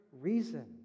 reason